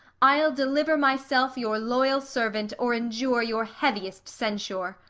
i'll deliver myself your loyal servant, or endure your heaviest censure.